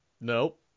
Nope